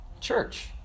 Church